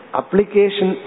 application